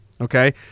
okay